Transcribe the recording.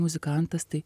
muzikantas tai